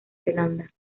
zelanda